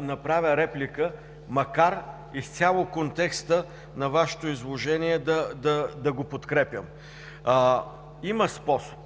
направя реплика, макар да подкрепям изцяло контекста на Вашето изложение. Според мен, има способ,